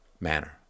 manner